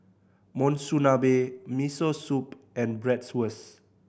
Monsunabe Miso Soup and Bratwurst